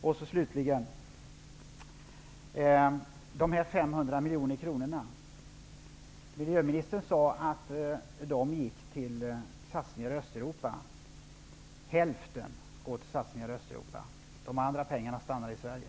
Miljöministern sade att de 500 miljonerna gick till satsningar i Östeuropa. Hälften går till satsningar i Östeuropa. De andra pengarna stannar i Sverige.